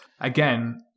Again